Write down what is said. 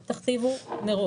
היא תבחן את זה ותחזור.